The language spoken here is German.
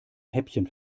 häppchen